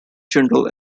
general